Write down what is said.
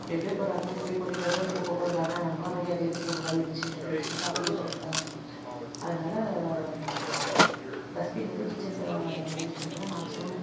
அப்படி அப்படியே போடுறாங்க குப்பையை கொட்டிவிட்டு வந்து அது குப்பை கூடை தானே மறுபடியும் அதை எதுக்கு நம்ம கழுவி வச்சுக்கிட்டு அப்படின்னு சொல்லிவிட்டு அப்படியே யூஸ் பண்ணுறாங்க அதனால் டஸ்பின் வந்து கிச்சனில் யூஸ் பண்ணுறத மேக்ஸிமம்